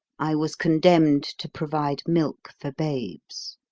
i was condemned to provide milk for babes.